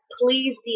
please